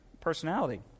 personality